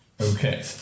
Okay